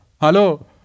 Hello